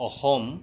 Assam